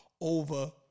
over